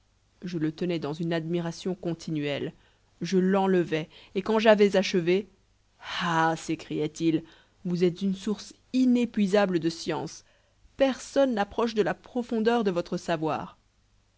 je le tenais dans une admiration continuelle je l'enlevais et quand j'avais achevé ah s'écriait-il vous êtes une source inépuisable de sciences personne n'approche de la profondeur de votre savoir